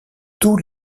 tous